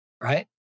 right